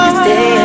stay